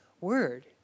word